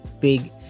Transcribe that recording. big